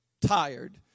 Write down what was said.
tired